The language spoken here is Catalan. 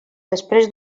després